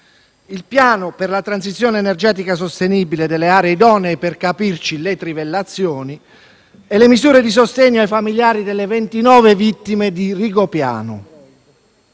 il piano per la transizione energetica sostenibile delle aree idonee (le trivellazioni, per capirci) e le misure di sostegno ai familiari delle 29 vittime di Rigopiano.